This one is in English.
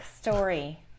story